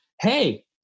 hey